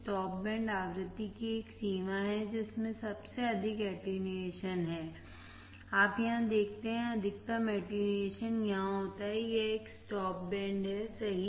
stop band आवृत्ति की एक सीमा है जिसमें सबसे अधिक अटेन्युएशॅन है आप यहां देखते हैं अधिकतम अटेन्युएशॅन यहां होता है यह एक स्टॉप बैंड हैसही